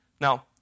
Now